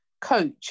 coach